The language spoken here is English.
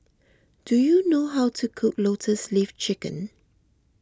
do you know how to cook Lotus Leaf Chicken